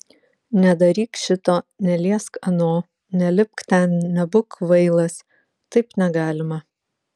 nedaryk šito neliesk ano nelipk ten nebūk kvailas taip negalima